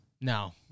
No